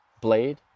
blade